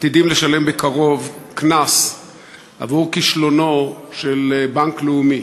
עתידים לשלם בקרוב קנס עבור כישלונו של בנק לאומי,